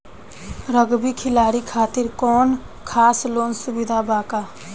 Rugby खिलाड़ी खातिर कौनो खास लोन सुविधा बा का?